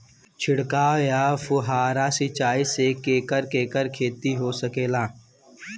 छिड़काव या फुहारा सिंचाई से केकर केकर खेती हो सकेला?